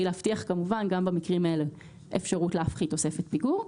להבטיח כמובן גם במקרים האלה אפשרות להפחית תוספת פיגור.